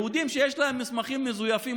יהודים שיש להם מסמכים מזויפים,